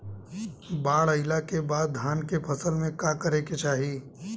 बाढ़ आइले के बाद धान के फसल में का करे के चाही?